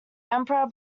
emperor